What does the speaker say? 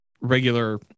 regular